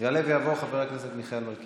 יעלה ויבוא חבר הכנסת מיכאל מלכיאלי.